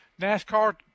NASCAR